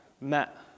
met